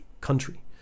country